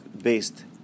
based